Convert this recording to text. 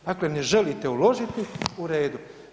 Dakle, ne želite uložiti, u redu.